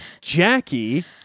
Jackie